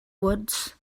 woods